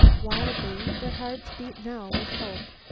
wildly their hearts beat now with hope.